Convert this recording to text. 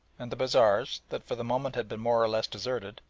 and the bazaars, that for the moment had been more or less deserted,